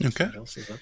Okay